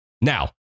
Now